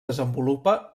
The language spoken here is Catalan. desenvolupa